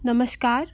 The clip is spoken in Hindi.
नमस्कार